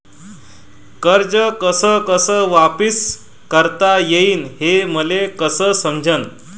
कर्ज कस कस वापिस करता येईन, हे मले कस समजनं?